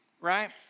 right